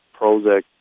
Prozac